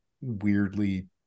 weirdly